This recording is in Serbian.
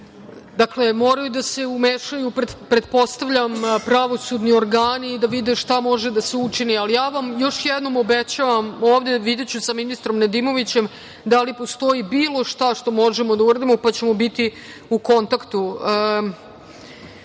Dakle, moraju da se umešaju, pretpostavljam, pravosudni organi i da vide šta može da se učini, ali ja vam još jednom obećavam ovde da ću videti sa ministrom Nedimovićem da li postoji bilo šta što možemo da uradimo, pa ćemo biti u kontaktu. Pored